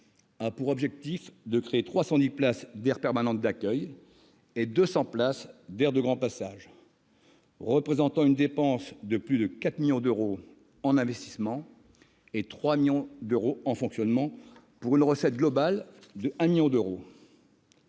a pour objectif de créer 310 places d'aire permanente d'accueil et 200 places d'aire de grand passage, ce qui représente une dépense de plus de 4 millions d'euros en investissement et de 3 millions d'euros en fonctionnement, pour une recette globale de 1 million d'euros.